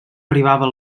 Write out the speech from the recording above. arribava